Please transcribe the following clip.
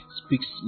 speaks